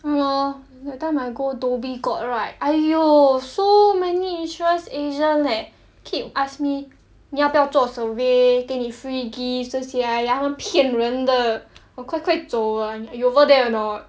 对 lor that time I go dhoby ghaut right !aiyo! so many insurance agents leh keep ask me 你要不要做 survey 给你 free gift 这些 !aiya! 他们骗人的我快快走啊 you over there or not